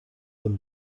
them